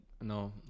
no